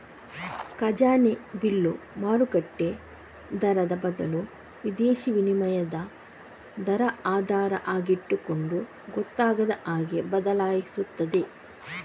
ಖಜಾನೆ ಬಿಲ್ಲು ಮಾರುಕಟ್ಟೆ ದರದ ಬದಲು ವಿದೇಶೀ ವಿನಿಮಯ ದರ ಆಧಾರ ಆಗಿಟ್ಟುಕೊಂಡು ಗೊತ್ತಾಗದ ಹಾಗೆ ಬದಲಾಗ್ತಿರ್ತದೆ